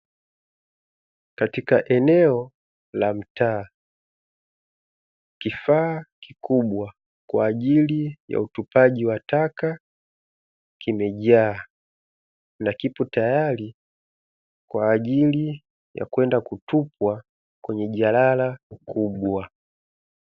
Katika eneo la mtaa kifaa kikubwa kwa ajili ya utupaji wa taka kimejaa, na kipo tayari kwa ajili ya kwenda kutupwa kwenye jalala kubwa.